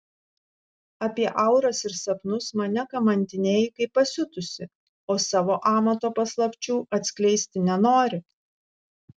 apie auras ir sapnus mane kamantinėji kaip pasiutusi o savo amato paslapčių atskleisti nenori